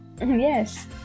yes